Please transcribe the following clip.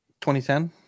2010